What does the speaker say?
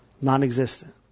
Non-existent